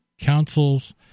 council's